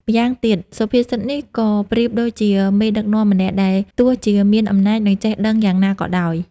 ម្យ៉ាងទៀត សុភាសិតនេះក៏ប្រៀបដូចជា មេដឹកនាំម្នាក់ ដែលទោះជាមានអំណាច និងចេះដឹងយ៉ាងណាក៏ដោយ។